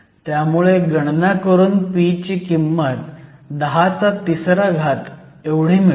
त्यामुळे गणना करून p ची किंमत 103 एवढी मिळते